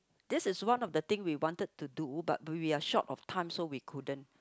this is one of the thing we wanted to do but we are short of time so we couldn't